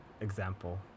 example